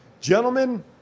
Gentlemen